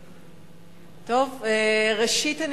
ראשית,